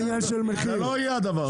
לא יהיה הדבר הזה.